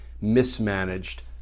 mismanaged